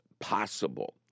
possible